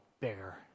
bigger